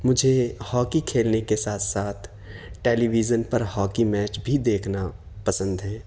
مجھے ہاکی کھیلنے کے ساتھ ساتھ ٹیلی ویژن پر ہاکی میچ بھی دیکھنا پسند ہے